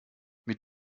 mit